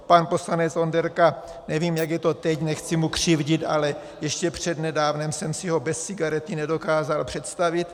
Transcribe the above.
Pan poslanec Onderka, nevím, jak je to teď, nechci mu křivdit, ale ještě přednedávnem jsem si ho bez cigarety nedokázal představit.